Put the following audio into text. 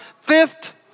Fifth